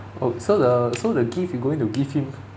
oh so the so the gift you're going to give him